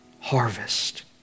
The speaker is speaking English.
harvest